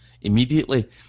immediately